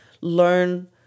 learn